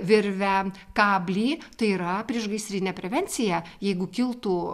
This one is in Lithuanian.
virvę kablį tai yra priešgaisrinę prevenciją jeigu kiltų